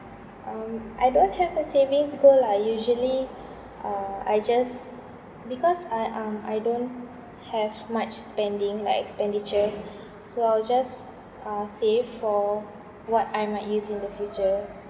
um I don't have a savings goal lah usually uh I just because I um I don't have much spending like expenditure so I will just uh save for what I might use in the future